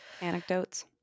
Anecdotes